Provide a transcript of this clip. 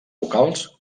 vocals